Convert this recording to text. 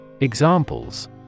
Examples